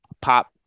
pop